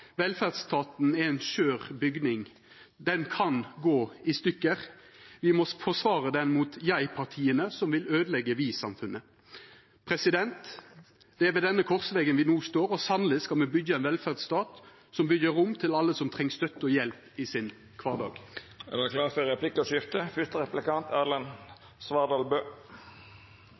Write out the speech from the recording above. er en skjør bygning. Den kan gå i stykker. Vi må forsvare den mot jeg-partiet som vil ødelegge vi-samfunnet.» Det er ved denne korsvegen vi no står, og sanneleg skal me byggja ein velferdsstat som byggjer rom til alle som treng støtte og hjelp i sin kvardag. Det vert replikkordskifte. En av de viktigste satsingene Solberg-regjeringen la fram for